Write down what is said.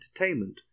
entertainment